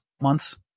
months